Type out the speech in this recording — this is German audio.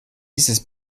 dieses